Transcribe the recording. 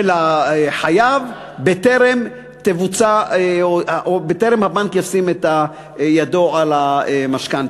של החייב בטרם הבנק ישים את ידו על המשכנתה.